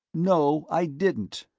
no, i didn't!